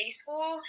school